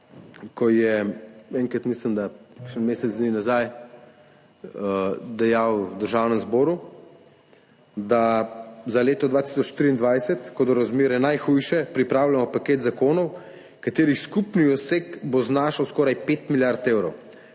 ko je enkrat, mislim, da kakšen mesec dni nazaj, dejal v Državnem zboru: »Za leto 2023, ko bodo razmere najhujše, pripravljamo paket zakonov, katerih skupni obseg bo znašal skoraj 5 milijard evrov.